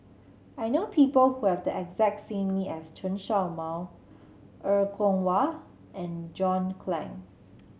I know people who have the exact same name as Chen Show Mao Er Kwong Wah and John Clang